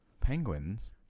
Penguins